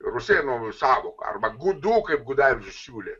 rusėnų sąvoka arba gudų kaip gudavičius siūlė